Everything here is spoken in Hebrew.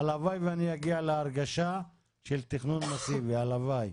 הלוואי ואגיע להרגשה של תכנון מאסיבי, הלוואי.